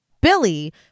Billy